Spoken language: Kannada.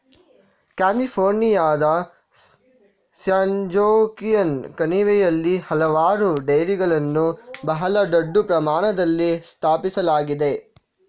ಕ್ಯಾಲಿಫೋರ್ನಿಯಾದ ಸ್ಯಾನ್ಜೋಕ್ವಿನ್ ಕಣಿವೆಯಲ್ಲಿ ಹಲವಾರು ಡೈರಿಗಳನ್ನು ಬಹಳ ದೊಡ್ಡ ಪ್ರಮಾಣದಲ್ಲಿ ಸ್ಥಾಪಿಸಲಾಗಿದೆ